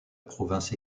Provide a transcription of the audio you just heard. province